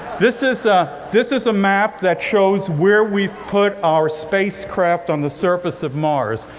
this is ah this is a map that shows where we've put our spacecraft on the surface of mars.